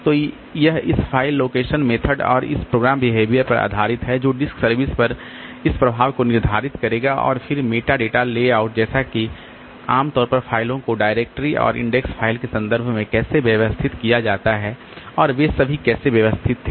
तो यह इस फाइल एलोकेशन मेथड और इस प्रोग्राम बिहेवियर पर आधारित है जो डिस्क सर्विस पर इस प्रभाव को निर्धारित करेगा और फिर मेटाडेटा लेआउट जैसे कि आम तौर पर फाइलों को डायरेक्टरी और इंडेक्स फाइल के संदर्भ में कैसे व्यवस्थित किया जाता है और वे सभी कैसे व्यवस्थित थे